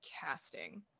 casting